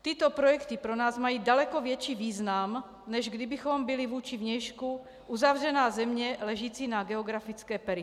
Tyto projekty pro nás mají daleko větší význam, než kdybychom byli vůči vnějšku uzavřená země ležící na geografické periferii.